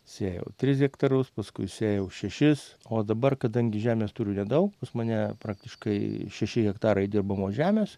sėjau tris hektarus paskui sėjau šešis o dabar kadangi žemės turiu nedaug pas mane praktiškai šeši hektarai dirbamos žemės